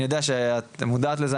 אני יודע שאת מודעת על זה,